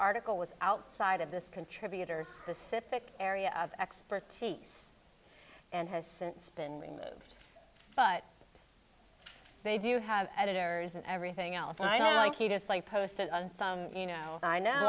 article was outside of this contributor's specific area of expertise and has since been removed but they do have editors and everything else i know just like posted on some you know i know